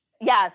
Yes